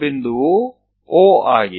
છેદ બિંદુ O છે